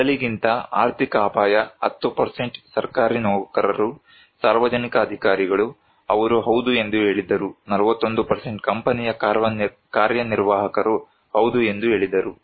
ಮೊದಲಿಗಿಂತ ಆರ್ಥಿಕ ಅಪಾಯ 10 ಸರ್ಕಾರಿ ನೌಕರರು ಸಾರ್ವಜನಿಕ ಅಧಿಕಾರಿಗಳು ಅವರು ಹೌದು ಎಂದು ಹೇಳಿದರು 41 ಕಂಪನಿಯ ಕಾರ್ಯನಿರ್ವಾಹಕರು ಹೌದು ಎಂದು ಹೇಳಿದರು